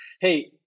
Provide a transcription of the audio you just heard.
hey